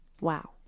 Wow